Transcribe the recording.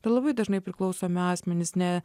tai labai dažnai priklausomi asmenys ne